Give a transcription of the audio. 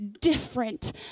Different